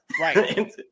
Right